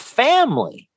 family